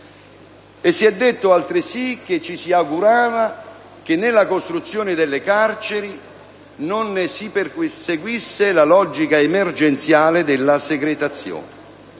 e si è altresì sostenuto che ci si augurava che nella costruzione delle carceri non si seguisse la logica emergenziale della secretazione.